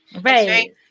right